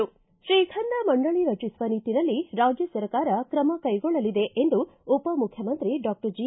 ತ್ರೀಗಂಧ ಮಂಡಳಿ ರಚಿಸುವ ನಿಟ್ಟಿನಲ್ಲಿ ರಾಜ್ಯ ಸರ್ಕಾರ ಕ್ರಮ ಕೈಗೊಳ್ಳಲಿದೆ ಎಂದು ಉಪಮುಖ್ಯಮಂತ್ರಿ ಡಾಕ್ಷರ್ ಜಿ